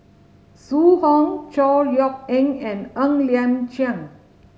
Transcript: Zhu Hong Chor Yeok Eng and Ng Liang Chiang